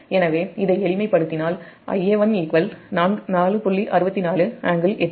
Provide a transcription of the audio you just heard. எனவே இதை எளிமைப்படுத்தினால் Ia1 4